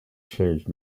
changed